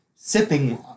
sipping